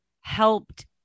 helped